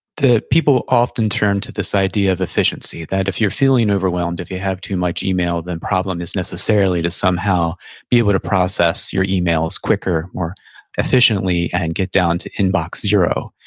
people often turn to this idea of efficiency, that if you're feeling overwhelmed, if you have too much email, the problem is necessarily to somehow be able to process your emails quicker, more efficiently, and get down to inbox zero,